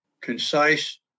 concise